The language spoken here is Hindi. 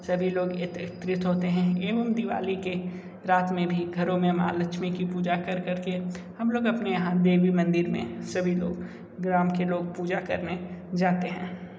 सभी लोग एकत्रित होते हैं एवं दिवाली के रात में भी घरों में महालक्ष्मी कि पूजा कर करके हम लोग अपने यहाँ देवी मंदिर में सभी लोग ग्राम के लोग पूजा करने जाते हैं